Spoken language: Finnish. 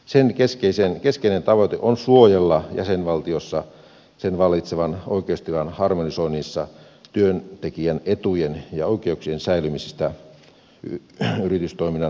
sen keskeinen tavoite on suojella jäsenvaltiossa sen vallitsevan oikeustilan harmonisoinnissa työntekijän etujen ja oikeuksien säilymistä yritystoiminnan muutostilanteissa